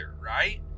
right